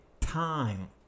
time